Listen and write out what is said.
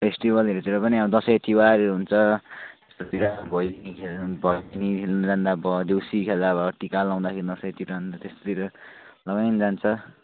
फेस्टिबलहरूतिर पनि दसैँ तिहारहरू हुन्छ त्यस्तोतिर भैलेनी खेल्नु भैलिनी खेल्नु जाँदा भयो देउसी खेल्दा भयो टिका लाउँदा दसैँतिर त्यस्तोतिर लगाइकन जान्छ